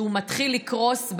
שמתחיל לקרוס.